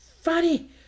Funny